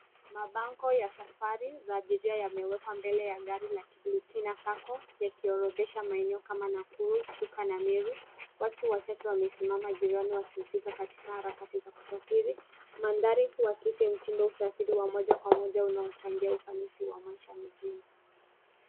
Mabango ya safari za abiria yamewekwa mbele ya gari la Mekina SACCO yakiorodhesha maeneo kama Nakuru, Chuka na Meru. Watu wachache wamesimama jirani wakihusika katika harakati za kusafiri. Mandhari huakisi mtindo wa usafiri wa moja kwa moja unaochangia ufanisi wa maisha mijini.